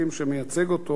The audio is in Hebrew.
שמייצג אותו,